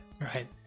Right